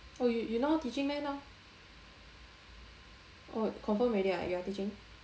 oh you you now teaching meh now oh confirm already ah you're teaching